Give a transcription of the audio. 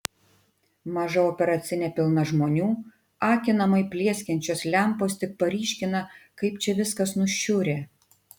maža operacinė pilna žmonių akinamai plieskiančios lempos tik paryškina kaip čia viskas nušiurę